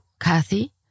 Kathy